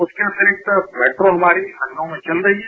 इसके अतिरिक्त मेट्रो हमारी लखनऊ में चल रही है